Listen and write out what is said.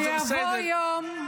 זה בסדר.